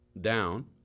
down